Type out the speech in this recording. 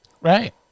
Right